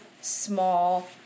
small